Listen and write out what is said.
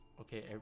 Okay